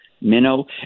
minnow